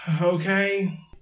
Okay